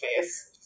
face